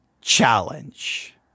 challenge